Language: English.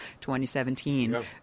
2017